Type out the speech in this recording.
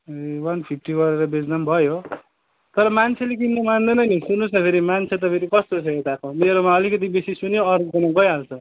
one fifty गरेर बेच्दा पनि भयो तर मान्छेले किन्नु मान्दैन नि सुन्नुहोस् न फेरि मान्छे त फेरि कस्तो छ यताको मेरोमा अलिकति बेसी सुन्यो अरूकोमा गइहाल्छ